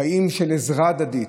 חיים של עזרה הדדית,